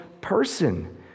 person